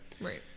right